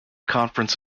conference